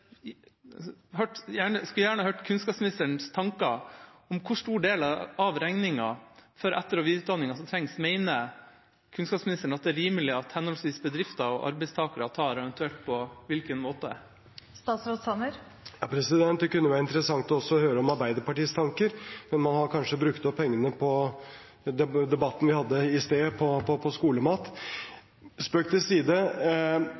hørt kunnskapsministerens tanker om dette: Hvor stor del av regningen for etter- og videreutdanningen mener kunnskapsministeren det er rimelig at henholdsvis bedrifter og arbeidstakere tar, og eventuelt på hvilken måte? Det kunne også være interessant å høre Arbeiderpartiets tanker, men man har kanskje brukt opp pengene på det vi snakket om i debatten i sted, på skolemat. Spøk til side: